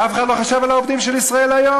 ואף אחד לא חושב על העובדים של "ישראל היום".